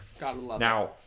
now